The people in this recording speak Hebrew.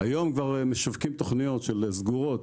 היום כבר משווקים תוכניות סגורות